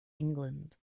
england